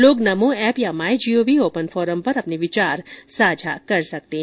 लोग नमो एप या my gov open forum पर अपने विचार साझा कर सकते हैं